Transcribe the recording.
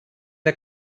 der